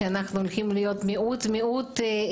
שאנחנו הולכים להיות מיעוט משמעותי.